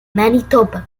manitoba